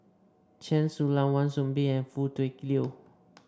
Chen Su Lan Wan Soon Bee and Foo Tui Liew